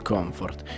Comfort